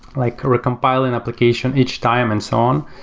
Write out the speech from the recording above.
like recompile an application each time and so on.